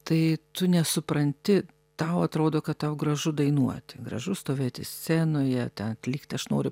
tai tu nesupranti tau atrodo kad tau gražu dainuoti gražu stovėti scenoje te klykti aš noriu